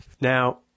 Now